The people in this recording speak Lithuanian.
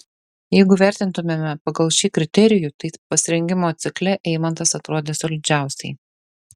jeigu vertintumėme pagal šį kriterijų tai pasirengimo cikle eimantas atrodė solidžiausiai